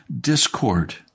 discord